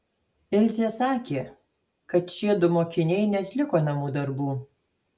ilzė sakė kad šiedu mokiniai neatliko namų darbų